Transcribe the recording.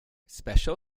special